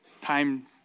time